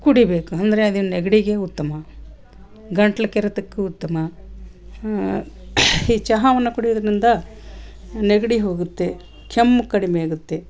ಕುಡಿಯಬೇಕು ಅಂದರೆ ಅದು ನೆಗಡಿಗೆ ಉತ್ತಮ ಗಂಟ್ಲು ಕೆರೆತಕ್ಕೂ ಉತ್ತಮ ಈ ಚಹಾವನ್ನ ಕುಡಿಯೋದರಿಂದ ನೆಗಡಿ ಹೋಗುತ್ತೆ ಕೆಮ್ಮು ಕಡಿಮೆಯಾಗುತ್ತೆ